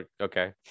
okay